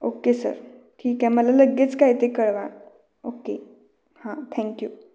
okay sir ठीक आहे मला लगेच काय ते कळवा ओके हां थँक यू